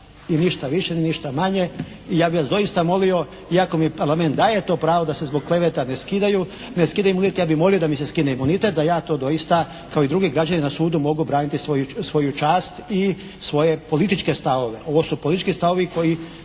I ništa više, ni išta manje. I ja bih vas doista moli, iako mi Parlament daje to pravo da se zbog kleveta ne skidaju imunitet, ja bih molio da mi se skine imunitet da ja to doista kao i drugi građani na sudu mogu braniti svoju čast i svoje političke stavove. Ovo su politički stavovi koji